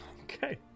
Okay